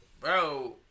Bro